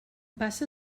passa